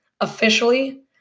officially